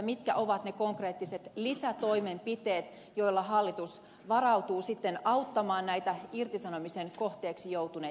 mitkä ovat ne konkreettiset lisätoimenpiteet joilla hallitus varautuu auttamaan näitä irtisanomisen kohteeksi joutuneita kansalaisia